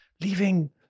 leaving